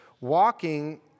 Walking